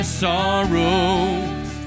sorrows